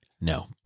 No